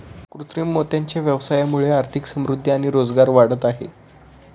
कृत्रिम मोत्यांच्या व्यवसायामुळे आर्थिक समृद्धि आणि रोजगार वाढत आहे